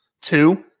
Two